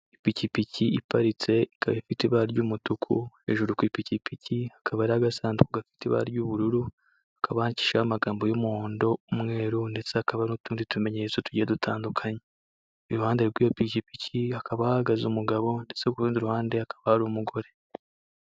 Ipikippiki iparitse ikaba ifite ibara ry'umutuku, hejuru ku ipikipiki hakaba hariho agasanduku gafite ibara ry'ubururu, hakaba handikishijeho amagambo y'umuhondo, umweru, ndetse hakaba hariho n'utundi tumenyetso tugiye dutandukanye, iruhande rw'iyo pikipiki hakaba hahagaze umugabo, ndetse kurundi ruhande hakaba hari umugore.